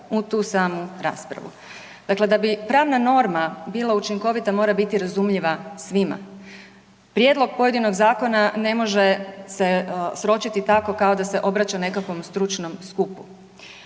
u tu samu raspravu. Dakle, da bi pravna norma bila učinkovita mora biti razumljiva svima. Prijedlog pojedinog zakona ne može se sročiti tako kao da se obraća nekakvom stručnom skupu.